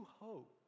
hope